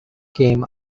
came